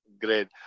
Great